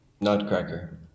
nutcracker